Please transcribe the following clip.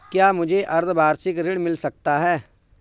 क्या मुझे अर्धवार्षिक ऋण मिल सकता है?